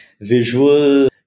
visual